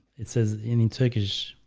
it says in in turkish.